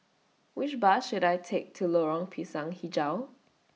Which Bus should I Take to Lorong Pisang Hijau